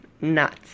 nuts